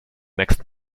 next